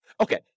Okay